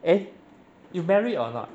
eh you married or not